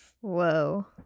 Whoa